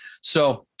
So-